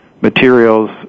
materials